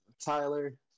Tyler